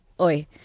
oi